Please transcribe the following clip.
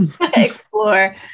explore